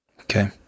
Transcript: Okay